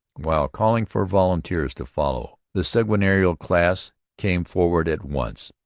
while calling for volunteers to follow. the seigneurial class came forward at once.